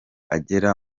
agera